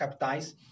Capitais